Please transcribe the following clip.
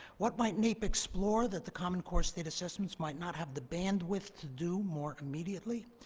what might naep explore that the common core state assessments might not have the bandwidth to do more immediately?